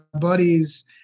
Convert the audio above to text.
buddies